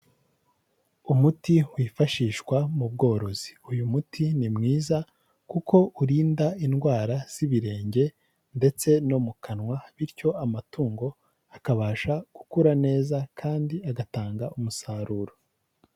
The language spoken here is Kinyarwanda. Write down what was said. Umuti wifashishwa mu bworozi, uyu muti ni mwiza kuko urinda indwara z'ibirenge ndetse no mu kanwa, bityo amatungo akabasha gukura neza kandi agatanga umusaruro.